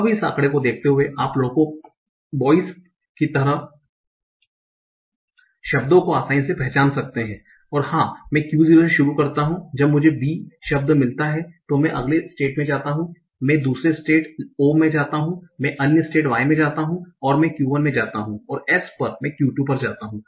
अब इस आंकड़े को देखते हुए आप बोयस की तरह शब्दों को आसानी से पहचान सकते हैं हां मैं Q0 से शुरू करता हूं जब मुझे b शब्द मिलता है तो मैं अगले स्टेट में जाता हूं मैं दूसरे स्टेट o में जाता हूं मैं अन्य स्टेट y में जाता हूं मैं Q 1 में जाता हूं और s पर मैं Q2 पर जाता हूं